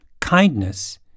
Kindness